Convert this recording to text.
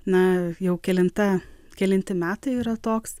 na jau kelinta kelinti metai yra toks